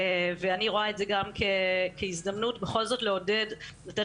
אני רואה את זה גם כהזדמנות בכל זאת לעודד ולתת